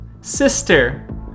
Sister